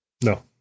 No